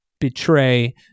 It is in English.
betray